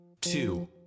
two